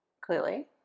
clearly